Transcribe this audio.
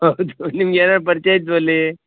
ಹೌದು ನಿಮ್ಗೆ ಏನಾರೂ ಪರ್ಚಯ ಇದವಾ ಅಲ್ಲಿ